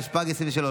התשפ"ג 2023,